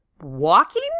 walking